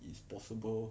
it's possible